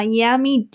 Miami